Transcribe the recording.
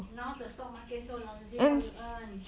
now the stock market so lousy how you earn